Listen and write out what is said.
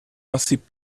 آسیب